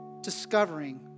discovering